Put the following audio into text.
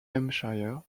hampshire